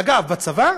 אגב, בצבא,